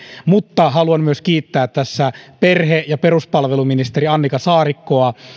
mutta haluan myös kiittää tässä perhe ja peruspalveluministeri annika saarikkoa